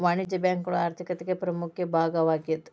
ವಾಣಿಜ್ಯ ಬ್ಯಾಂಕುಗಳು ಆರ್ಥಿಕತಿಗೆ ಪ್ರಮುಖ ಭಾಗವಾಗೇದ